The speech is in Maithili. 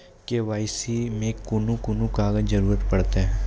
के.वाई.सी मे कून कून कागजक जरूरत परतै?